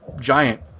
giant